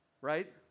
right